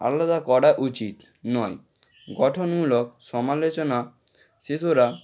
আলাদা করা উচিত নয় গঠনমূলক সমালোচনা শিশুরা